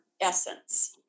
essence